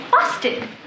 busted